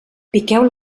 piqueu